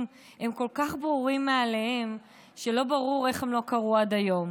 הם כל כך ברורים מאליהם שלא ברור איך הם לא קרו עד היום.